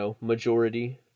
majority